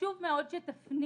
"חשוב מאוד שתפנימו,